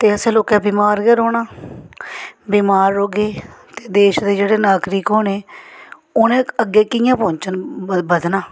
ते असें लोकें बमार गै रौह्ना बमार रौह्गे ते देश दे जेह्ड़े नागरक होने उ'नें अग्गें कि'यां पौंह्चन बधना